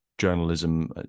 Journalism